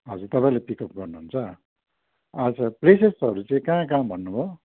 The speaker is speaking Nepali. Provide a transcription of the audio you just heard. हजुर तपाईँले पिकअप गर्नुहुन्छ हजुर प्लेसेसहरू चाहिँ कहाँ कहाँ भन्नुभयो